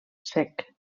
sec